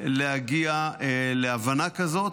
להגיע להבנה כזאת,